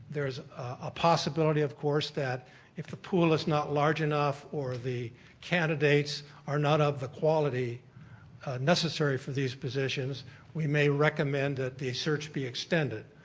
there is a possibility of course that if the pool is not large enough or the candidates are not of the quality necessary for these positions we may recommend that the search be extended.